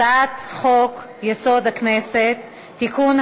הצעת חוק-יסוד: הכנסת (תיקון,